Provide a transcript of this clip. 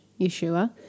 Yeshua